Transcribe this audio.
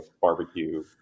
barbecue